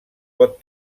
pot